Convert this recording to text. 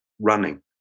running